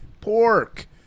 pork